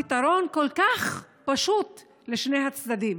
הפתרון כל כך פשוט לשני הצדדים.